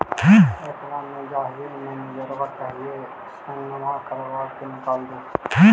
बैंकवा मे जाहिऐ मैनेजरवा कहहिऐ सैनवो करवा के निकाल देहै?